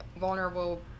vulnerable